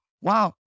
wow